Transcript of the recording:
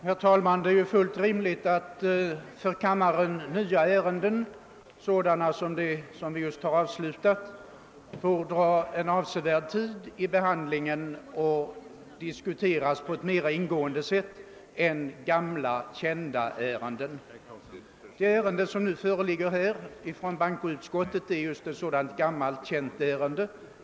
Herr talman! Det är helt rimligt att för kammaren nya ärenden såsom det vars behandling vi nyss avslutat får ta avsevärd tid och diskuteras mer ingående än gamla kända ärenden. Det ärende som nu föreligger från bankoutskottet är just ett sådant gammalt känt ärende.